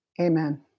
amen